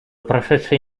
прошедшие